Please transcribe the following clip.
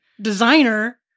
designer